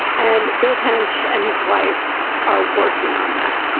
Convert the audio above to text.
and bill ten inch and his wife are working on that.